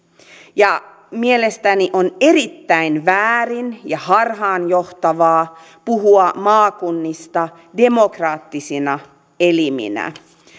ja mielestäni on erittäin väärin ja harhaanjohtavaa puhua maakunnista demokraattisina eliminä